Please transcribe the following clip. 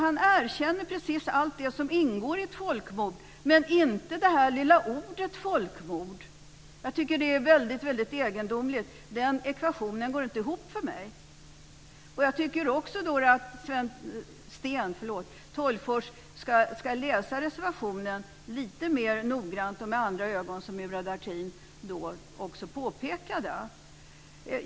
Han erkänner precis allt som ingår i ett folkmord men inte det här lilla ordet "folkmord". Jag tycker att det är väldigt egendomligt. Den ekvationen går inte ihop för mig. Jag tycker att Sten Tolgfors ska läsa reservationen lite mer noggrant och med andra ögon, som Murad Artin också påpekade.